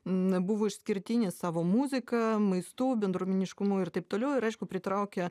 n buvo išskirtinis savo muzika maistu bendruomeniškumu ir taip toliau ir aišku pritraukė